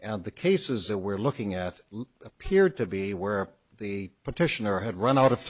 and the cases that we're looking at appeared to be where the petitioner had run out of